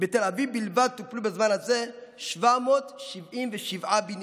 בתל אביב בלבד טופלו בזמן הזה 777 בניינים.